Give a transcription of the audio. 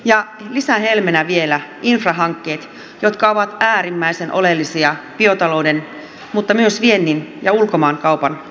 ja lisähelmenä ovat vielä infrahankkeet jotka ovat äärimmäisen oleellisia biotalouden mutta myös viennin ja ulkomaankaupan kannalta